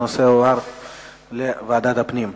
הנושא יועבר לוועדת הפנים.